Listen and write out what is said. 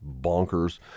bonkers